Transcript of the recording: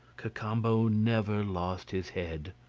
cacambo never lost his head.